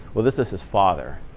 well, this is his father.